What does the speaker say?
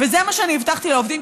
זה מה שהבטחתי לעובדים,